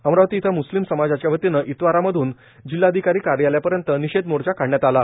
अमरावती इथं मुस्लिम समाजाच्या वतीने इतवारा मध्न जिल्ह्याधिकारी कार्यालयपर्यंत निषेध मोर्चा काढण्यात आला